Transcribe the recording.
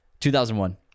2001